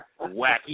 Wacky